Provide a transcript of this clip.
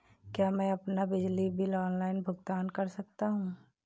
क्या मैं अपना बिजली बिल ऑनलाइन भुगतान कर सकता हूँ?